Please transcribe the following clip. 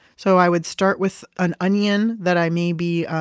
so i would start with an onion that i maybe